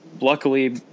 luckily